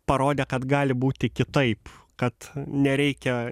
parodė kad gali būti kitaip kad nereikia